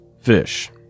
fish